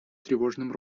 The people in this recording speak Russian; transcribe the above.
тревожным